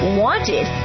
wanted